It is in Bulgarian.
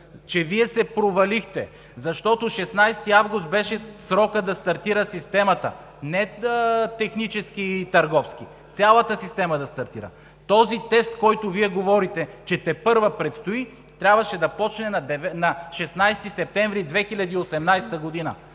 че Вие се провалихте, защото 16 август беше срокът да стартира системата не технически и търговски, цялата система да стартира. Тестът, за който Вие говорите, че тепърва предстои, трябваше да започне на 16 септември 2018 г.